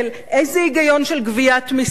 איזה היגיון של גביית מסים?